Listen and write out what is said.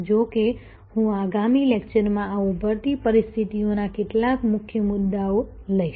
જો કે હું આગામી લેક્ચરમાં આ ઉભરતી પરિસ્થિતિઓના કેટલાક મુખ્ય મુદ્દાઓ લઈશ